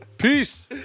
Peace